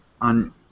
on